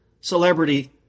celebrity